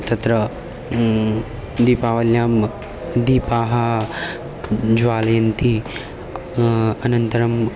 तत्र दीपावल्यां दीपाः ज्वालयन्ति अनन्तरं